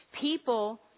People